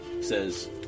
says